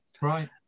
Right